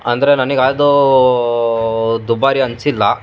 ಅಂದರೆ ನನಗೆ ಯಾವ್ದೂ ದುಬಾರಿ ಅನಿಸಿಲ್ಲ